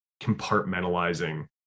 compartmentalizing